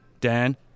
Dan